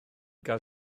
gael